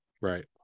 right